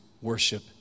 worship